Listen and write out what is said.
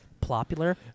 Popular